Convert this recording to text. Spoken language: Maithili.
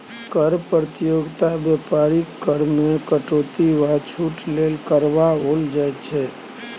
कर प्रतियोगिता बेपारीकेँ कर मे कटौती वा छूट लेल करबाओल जाइत छै